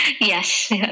Yes